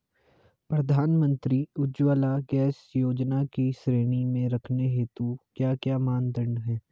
प्रधानमंत्री उज्जवला गैस योजना की श्रेणी में रखने हेतु क्या क्या मानदंड है?